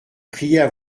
priait